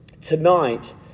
tonight